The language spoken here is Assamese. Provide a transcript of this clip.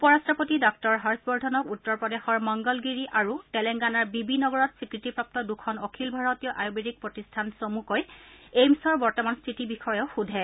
উপ ৰাট্টপতিয়ে ডাঃ হৰ্যবৰ্ধনক উত্তৰ প্ৰদেশৰ মংগলগিৰি আৰু তেলেঙ্গানাৰ বিবি নগৰত স্বীকৃতিপ্ৰাপ্ত দুখন অখিল ভাৰতীয় আয়ুৰ্বেদিক প্ৰতিষ্ঠান চমুকৈ এইমছৰ বৰ্তমান স্থিতিৰ বিষয়েও সোধে